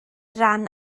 ran